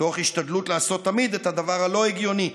תוך השתדלות לעשות תמיד את הדבר הלא-הגיוני,